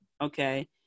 Okay